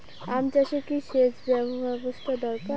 আম চাষে কি সেচ ব্যবস্থা দরকার?